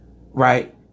right